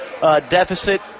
deficit